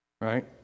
Right